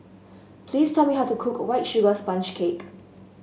please tell me how to cook White Sugar Sponge Cake